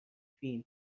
فین